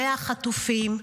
100 חטופים,